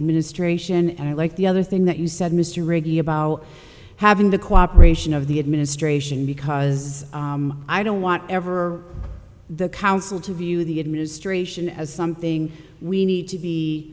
administration and i like the other thing that you said mr reagan about having the cooperation of the administration because i don't want ever the council to view the administration as something we need to be